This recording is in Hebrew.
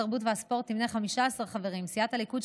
התרבות והספורט תמנה 15 חברים: סיעת הליכוד,